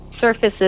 surfaces